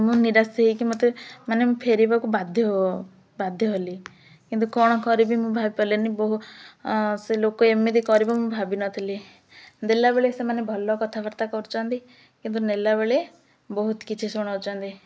ମୁଁ ନିରାଶ ହେଇକି ମୋତେ ମାନେ ଫେରିବାକୁ ବାଧ୍ୟ ବାଧ୍ୟ ହେଲି କିନ୍ତୁ କ'ଣ କରିବି ମୁଁ ଭାବିପାରିଲନି ବହୁ ସେ ଲୋକ ଏମିତି କରିବ ମୁଁ ଭାବିନଥିଲି ଦେଲା ବେଳେ ସେମାନେ ଭଲ କଥାବାର୍ତ୍ତା କରୁଛନ୍ତି କିନ୍ତୁ ନେଲା ବେଳେ ବହୁତ କିଛି ଶୁଣାଉଛନ୍ତି